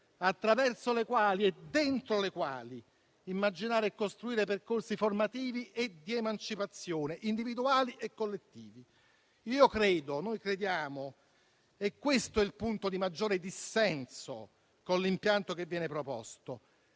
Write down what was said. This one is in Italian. attraverso le quali e dentro le quali immaginare e costruire percorsi formativi e di emancipazione individuali e collettivi. Io credo e noi crediamo (e questo è il punto di maggiore dissenso con l'impianto che viene proposto)